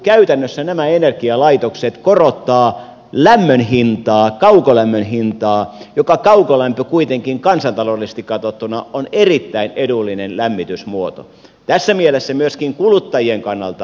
käytännössä nämä energialaitokset korottavat kaukolämmön hintaa joka kaukolämpö kuitenkin kansantaloudellisesti katsottuna on erittäin edullinen lämmitysmuoto tässä mielessä myöskin kuluttajien kannalta